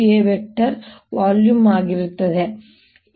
A volume ಆಗಿರುತ್ತದೆ